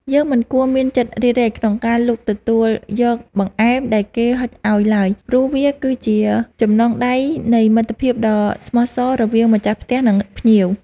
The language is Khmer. យើងមិនគួរមានចិត្តរារែកក្នុងការលូកទទួលយកបង្អែមដែលគេហុចឱ្យឡើយ ព្រោះវាគឺជាចំណងដៃនៃមិត្តភាពដ៏ស្មោះសររវាងម្ចាស់ផ្ទះនិងភ្ញៀវ។